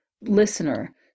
listener